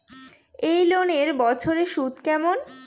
এই লোনের বছরে সুদ কেমন?